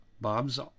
Bob's